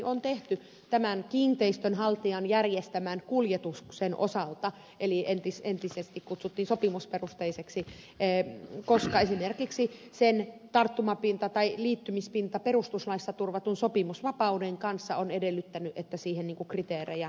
on tehty tämän kiinteistönhaltijan järjestämän kuljetuksen osalta jota ennen kutsuttiin sopimusperusteiseksi koska esimerkiksi sen tarttumapinta tai liittymispinta perustuslaissa turvatun sopimusvapauden kanssa on edellyttänyt että siihen kriteerejä tarkennetaan